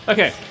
Okay